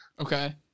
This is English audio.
Okay